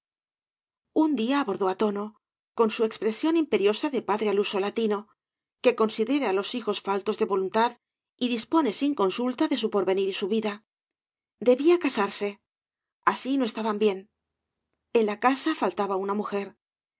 un día abordó á tono con su expresión imperiosa de padre al uso latino que considera á los hijos faltos de voluntad y dispone sin consulta de bu porvenir y su vida debía casarse así no estaban bien en la casa faltaba una mujer